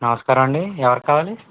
నమస్కారం అండి ఎవరు కావాలి